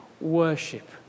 worship